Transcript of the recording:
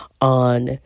on